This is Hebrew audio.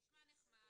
נשמע נחמד.